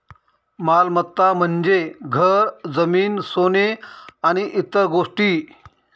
मालमत्ता म्हणजे घर, जमीन, सोने आणि इतर गोष्टी